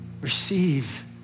receive